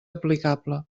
aplicable